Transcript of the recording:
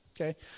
okay